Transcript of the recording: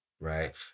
Right